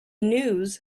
news